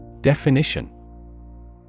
Definition